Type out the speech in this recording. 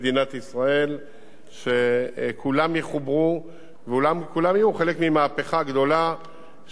שכולם יחוברו וכולם יהיו חלק ממהפכה גדולה שקורית